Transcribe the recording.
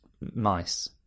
mice